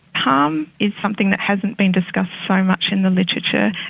harm is something that hasn't been discussed so much in the literature.